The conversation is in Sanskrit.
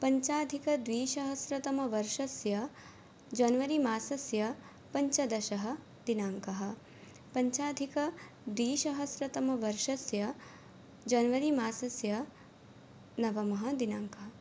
पञ्चाधिकद्विसहस्रतमवर्षस्य जन्वरिमासस्य पञ्चदशः दिनाङ्कः पञ्चाधिकद्विसहस्रतमवर्षस्य जन्वरिमासस्य नवमः दिनाङ्कः